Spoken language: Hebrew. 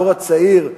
הדור הצעיר,